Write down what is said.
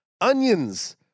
onions –